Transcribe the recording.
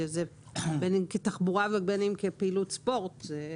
בין אם כתחבורה ובין אם כפעילות ספורט.